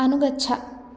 अनुगच्छ